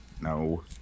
No